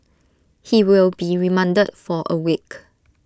he will be remanded for A week